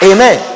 Amen